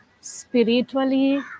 spiritually